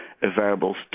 variables